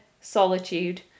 solitude